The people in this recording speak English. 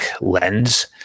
lens